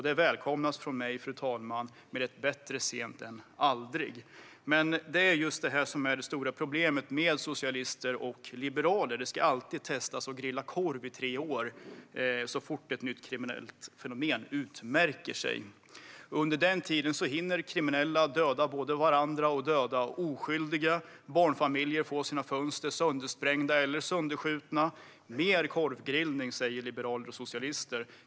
Det välkomnas från mig, fru talman, med ett bättre sent än aldrig. Det här är det stora problemet med socialister och liberaler: Man ska alltid testa att grilla korv i tre år så fort ett nytt kriminellt fenomen utmärker sig. Under den tiden hinner kriminella döda både varandra och oskyldiga. Barnfamiljer får sina fönster söndersprängda eller sönderskjutna. Mer korvgrillning, säger liberaler och socialister.